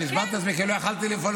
הסברתי את עצמי.